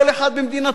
כל אחד במדינתו.